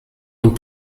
und